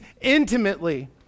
intimately